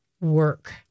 Work